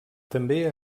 també